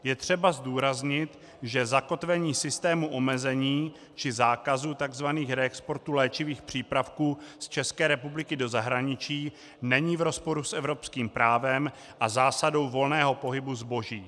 Je třeba zdůraznit, že zakotvení systému omezení či zákazu tzv. reexportů léčivých přípravků z České republiky do zahraničí není v rozporu s evropským právem a zásadou volného pohybu zboží.